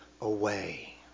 away